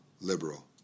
liberal